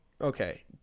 Okay